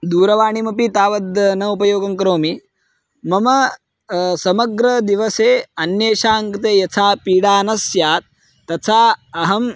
दूरवाणीमपि तावद् न उपयोगं करोमि मम समग्रदिवसे अन्येषां कृते यथा पीडा न स्यात् तथा अहम्